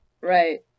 right